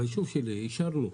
ביישוב שלי, אישרנו.